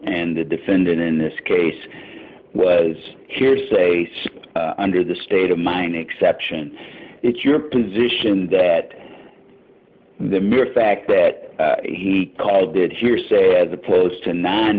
and the defendant in this case was hearsay under the state of mind exception to it your position that the mere fact that he called did hearsay as opposed to no